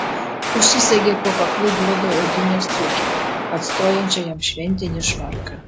užsisegė po kaklu juodą odinę striukę atstojančią jam šventinį švarką